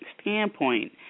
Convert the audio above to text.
standpoint